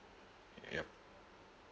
yup